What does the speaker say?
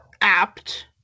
apt